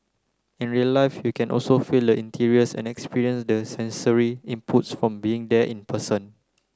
in real life you can also feel the interiors and experience the sensory inputs from being there in person